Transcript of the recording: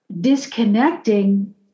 disconnecting